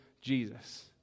Jesus